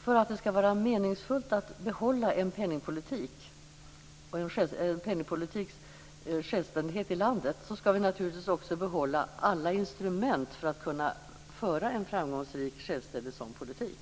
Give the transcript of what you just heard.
För att det skall vara meningsfullt att behålla en penningpolitisk självständighet i landet skall vi naturligtvis också behålla alla instrument för att kunna föra en framgångsrik självständig sådan politik.